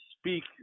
speak